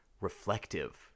reflective